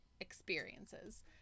experiences